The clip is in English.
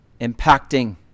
impacting